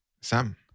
Sam